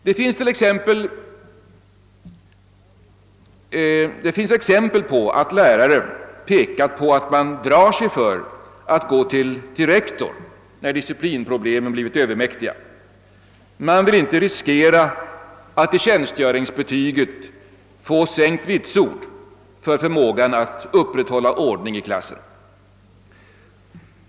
Det finns exempel på att lärare pekat på att man drar sig för att gå till rektor när disciplinproblemen blir övermäktiga — man vill inte riskera att i tjänstgöringsbetyget få sänkt vitsord för förmågan att upprätthålla ordning i klassen.